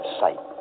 sight